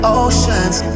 oceans